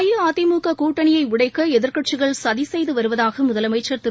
அஇஅதிமுக கூட்டணியை உடைக்க எதிர்க்கட்சிகள் சதி செய்து வருவதாக முதலமைச்சர் திரு